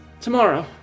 Tomorrow